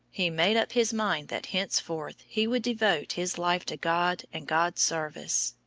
he made up his mind that henceforth he would devote his life to god and god's service.